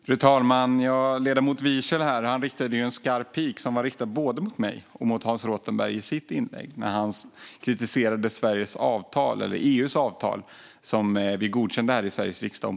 Fru talman! Ledamoten Wiechel riktade i sitt inlägg en skarp pik till både mig och Hans Rothenberg när han kritiserade EU:s avtal om politisk dialog mellan EU och Kuba som vi godkände här i Sveriges riksdag.